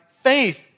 faith